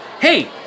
Hey